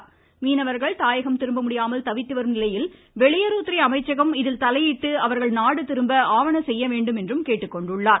இம்மீனவர்கள் தாயகம் திரும்ப முடியாமல் தவித்து வரும் நிலையில் வெளியுறவுத்துறை அமைச்சகம் இதில் தலையிட்டு அவர்கள் நாடுதிரும்ப ஆவன செய்ய வேண்டும் என்றும் கேட்டுக்கொண்டுள்ளார்